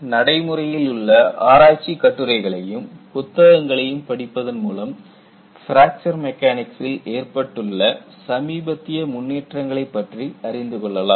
நடைமுறையிலுள்ள ஆராய்ச்சிக் கட்டுரைகளையும் புத்தகங்களையும் படிப்பதன் மூலம் பிராக்சர் மெக்கானிக்சில் ஏற்பட்டுள்ள சமீபத்திய முன்னேற்றங்களை பற்றி அறிந்து கொள்ளலாம்